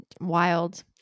wild